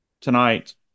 tonight